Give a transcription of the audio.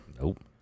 Nope